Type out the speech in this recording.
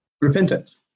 repentance